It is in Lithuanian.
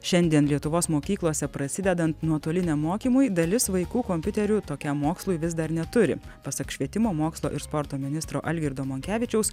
šiandien lietuvos mokyklose prasidedant nuotoliniam mokymui dalis vaikų kompiuterių tokiam mokslui vis dar neturi pasak švietimo mokslo ir sporto ministro algirdo monkevičiaus